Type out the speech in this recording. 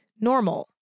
normal